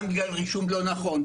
רישום לא נכון,